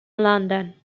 london